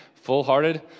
full-hearted